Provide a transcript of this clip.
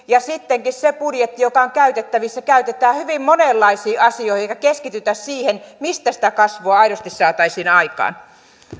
ja sittenkin se budjetti joka on käytettävissä käytetään hyvin monenlaisiin asioihin eikä keskitytä siihen mistä sitä kasvua aidosti saataisiin aikaan